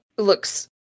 looks